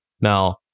Now